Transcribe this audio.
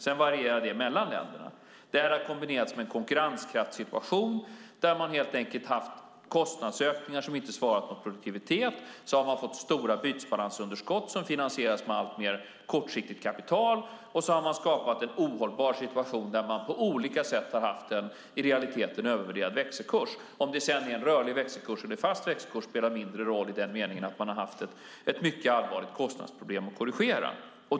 Det varierar mellan länderna. Det har kombinerats med en konkurrenskraftssituation med kostnadsökningar som inte svarat mot produktivitet. Man har fått stora bytesbalansunderskott som har finansierats med alltmer kortsiktigt kapital. Det har skapat en ohållbar situation där man har haft en övervärderad växelkurs. Om det är en rörlig eller fast växelkurs spelar mindre roll eftersom man har haft ett mycket allvarligt kostnadsproblem att korrigera.